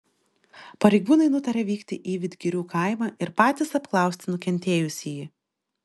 pareigūnai nutarė vykti į vidgirių kaimą ir patys apklausti nukentėjusįjį